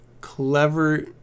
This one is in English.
clever